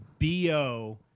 BO